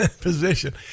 position